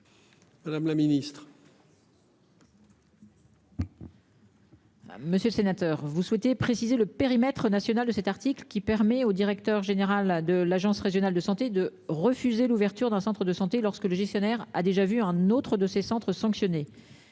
Madame la Ministre. Monsieur le sénateur vous souhaiter préciser le périmètre national de cet article qui permet au directeur général de l'Agence Régionale de Santé de refuser l'ouverture d'un centre de santé lorsque le gestionnaire a déjà vu un autre de ses centres.